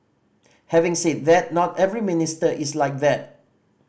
having said that not every minister is like that